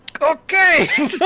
Okay